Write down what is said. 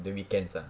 the weekends ah